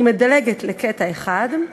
אני מדלגת לקטע אחר.